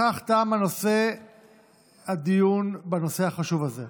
בכך תם הדיון בנושא החשוב הזה.